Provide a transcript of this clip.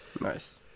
Nice